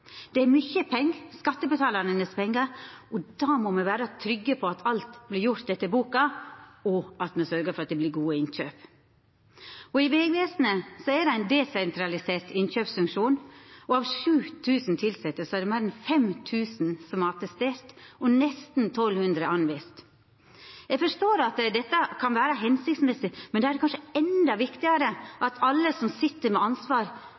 er mykje pengar, skattebetalarane sine pengar, og då må me vera trygge på at alt vert gjort etter boka, og at me sørgjer for at det vert gode innkjøp. I Vegvesenet er det ein desentralisert innkjøpsfunksjon, og av 7 000 tilsette er det meir ein 5 000 som har attestert, og nesten 1 200 anvist. Eg forstår at dette kan vera hensiktsmessig, men då er det kanskje endå viktigare at alle som sit med ansvar